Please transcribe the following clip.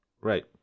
Right